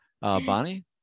Bonnie